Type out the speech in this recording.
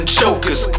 chokers